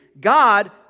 God